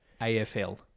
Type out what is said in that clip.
AFL